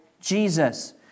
Jesus